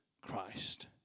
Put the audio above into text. Christ